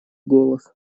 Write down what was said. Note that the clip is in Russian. голос